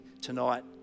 tonight